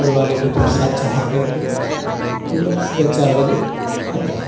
ऊपर वाले को प्रसाद चढ़ाकर के हम लोग सुबह चार बजे खाते हैं